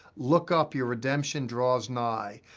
look up. your redemption draws nigh.